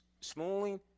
Smalling